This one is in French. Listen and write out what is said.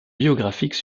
biographiques